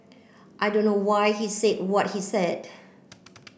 I don't know why he said what he said